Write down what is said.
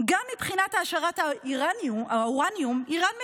וגם מבחינת האורניום איראן מככבת.